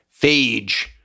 phage